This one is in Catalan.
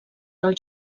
dels